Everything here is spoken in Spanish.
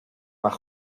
más